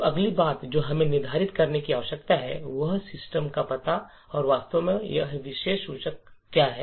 तो अगली बात जो हमें निर्धारित करने की आवश्यकता है वह है सिस्टम का पता और वास्तव में यह विशेष सूचक क्या है